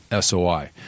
SOI